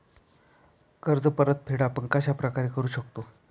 कर्ज परतफेड आपण कश्या प्रकारे करु शकतो?